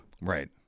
Right